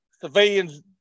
civilians